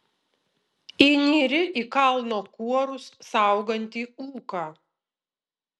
įnyri į kalno kuorus saugantį ūką